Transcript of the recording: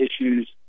issues